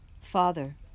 Father